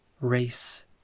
race